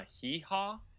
hee-haw